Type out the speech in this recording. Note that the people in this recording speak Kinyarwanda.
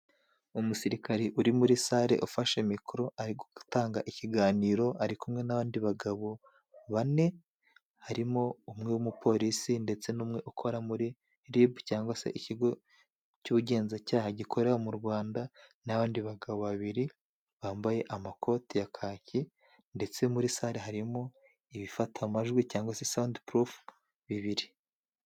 Umusirikare uri muri sale ufashe mikoro, ari gutanga ikiganiro ari kumwe n'abandi bagabo bane harimo umwe w'umupolisi ndetse n'umwe ukora muri ribu cyangwa se ikigo cy'ubugenzacyaha gikorera mu Rwanda, n'abandi bagabo babiri bambaye amakoti ya kaki, ndetse muri sale harimo ibifata amajwi cyangwa se sawundi purufu bibiri.